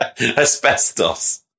Asbestos